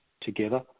together